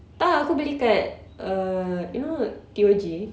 tak ah aku beli kat uh you know T_O_G